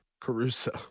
Caruso